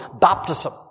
baptism